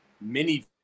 mini